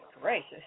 gracious